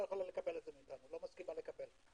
לא מסכימה לקבל את זה.